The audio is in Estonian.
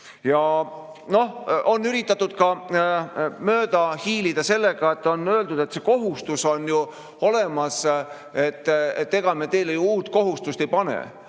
On üritatud mööda hiilida ka sellega, et on öeldud, et see kohustus on ju olemas, ega me teile uut kohustust ei pane.